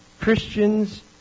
Christians